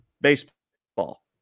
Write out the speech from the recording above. baseball